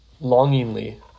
longingly